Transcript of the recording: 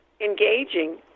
engaging